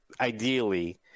ideally